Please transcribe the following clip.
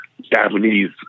Japanese